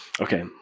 Okay